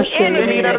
enemy